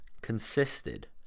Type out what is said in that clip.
consisted